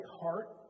heart